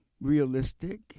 realistic